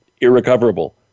Irrecoverable